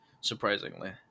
surprisingly